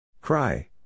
Cry